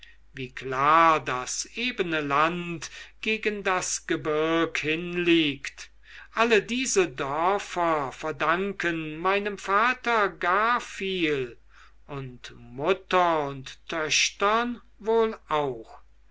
wie klar das ebene land gegen das gebirg hinliegt alle diese dörfer verdanken meinem vater gar viel und mutter und töchtern wohl auch